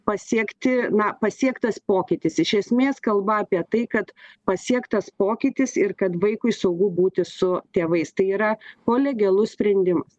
pasiekti na pasiektas pokytis iš esmės kalba apie tai kad pasiektas pokytis ir kad vaikui saugu būti su tėvais tai yra kolegialus sprendimas